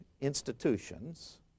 institutions